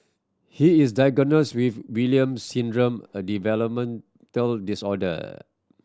he is diagnosed with Williams Syndrome a developmental disorder